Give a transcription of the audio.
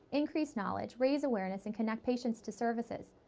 increase knowledge, raise awareness, and connect patients to services.